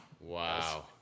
Wow